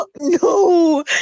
No